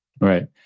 Right